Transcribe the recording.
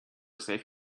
safe